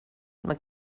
mae